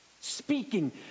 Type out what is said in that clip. speaking